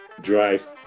drive